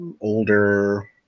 older